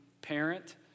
parent